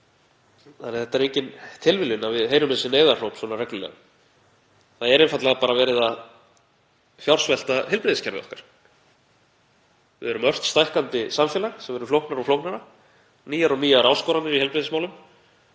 það er engin tilviljun að við heyrum neyðaróp svona reglulega. Það er einfaldlega verið að fjársvelta heilbrigðiskerfið okkar. Við erum ört stækkandi samfélag sem verður flóknara og flóknara, en nýjar og nýjar áskoranir í heilbrigðismálum